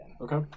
Okay